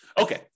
Okay